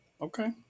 Okay